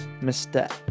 Mr